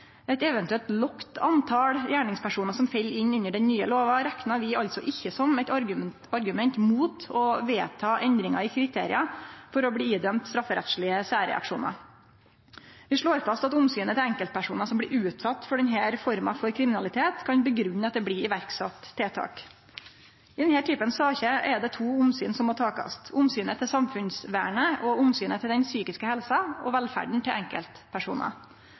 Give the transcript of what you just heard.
Eit eventuelt lågt tal på gjerningspersonar som fell inn under den nye lova, reknar vi ikkje som eit argument mot å vedta endringar i kriteria for å bli dømt til strafferettslege særreaksjonar. Vi slår fast at omsynet til enkeltpersonar som blir utsette for denne forma for kriminalitet, kan grunngje at det blir sett i verk tiltak. I denne typen saker er det to omsyn som må takast: omsynet til samfunnsvernet og omsynet til den psykiske helsa og velferda til enkeltpersonar.